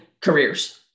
careers